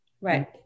Right